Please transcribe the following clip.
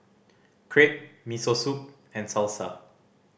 Crepe Miso Soup and Salsa